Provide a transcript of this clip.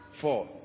four